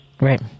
Right